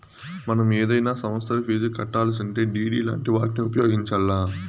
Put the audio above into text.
మనం ఏదైనా సమస్తరి ఫీజు కట్టాలిసుంటే డిడి లాంటి వాటిని ఉపయోగించాల్ల